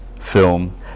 film